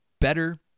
better